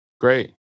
Great